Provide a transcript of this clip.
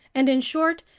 and in short,